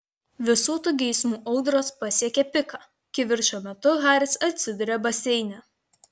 visų tų geismų audros pasiekia piką kivirčo metu haris atsiduria baseine